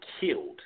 killed